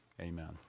Amen